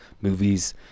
movies